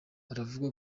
aravuga